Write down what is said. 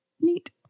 neat